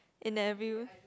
in their view